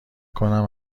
کنم